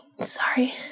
Sorry